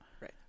Right